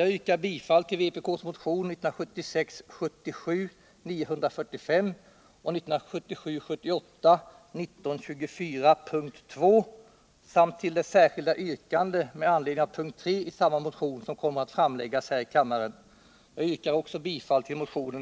Jag hemställer om bifall till vpk:s motioner 1977 78:1924, yrkande 2, samt till motionen